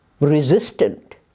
resistant